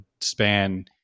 span